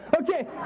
Okay